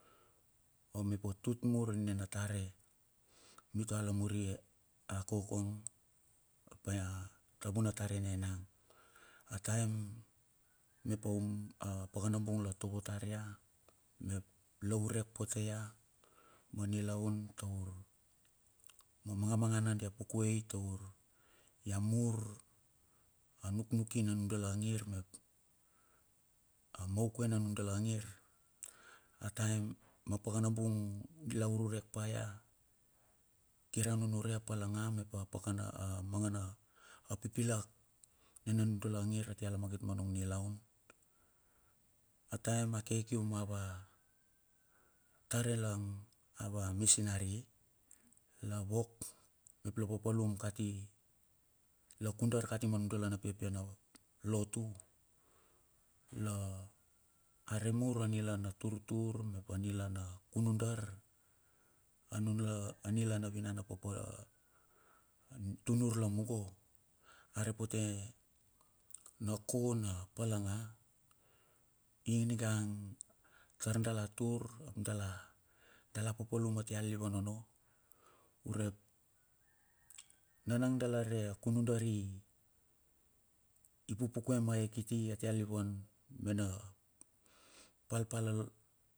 O mep tut mur ne na tare mitua lamuri e a kokong up a vunatare ne nang a taem mep oum a pakana bung la tovo tar ia mep la ureck pote ya ma nilaun taur ma magamagana dia pukuei taur ia mur a nuknuk ki na nudala ngir mep, a maukue a nudala ngir taem ma pakanabung la ururek pa ia kir a nunure a palaga mep pakana amangana pipilak ne na nudala ngir atia lamagit manung nilaun. A taem a ke kium ava tare lang ava misinari la wok mep la papalum kati, la kundar kati ma nudala na piapia na lotu, la are mur nila na turtur mep anila na kunudar a nula anila na vian papoe a tunur lamungo are pote na ko na palanga i ningang tar dala tur ap dala dala papalum atia liliva onno. Urep nana dala re a kunudar i pupukue ma ea kiti a tialilivan me na palpal.